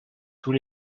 tous